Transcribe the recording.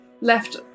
left